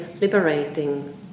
liberating